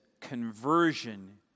conversion